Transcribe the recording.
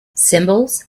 symbols